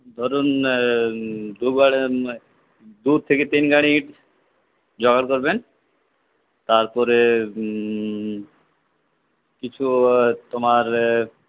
ধরুন দু গাড়ি দু থেকে তিন গাড়ি ইট জোগাড় করবেন তারপরে কিছু তোমার